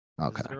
Okay